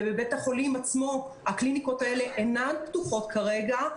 ובבית החולים עצמו הקליניקות האלה אינן פתוחות כרגע,